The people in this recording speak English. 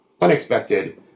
Unexpected